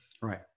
right